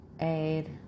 aid